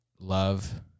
love